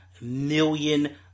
million